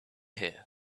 here